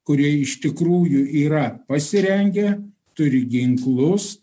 kurie iš tikrųjų yra pasirengę turi ginklus